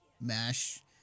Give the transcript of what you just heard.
mash